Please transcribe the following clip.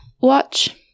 watch